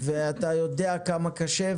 אתה יודע עד כמה זה קשה,